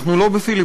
אנחנו לא בפיליבסטר.